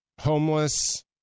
homeless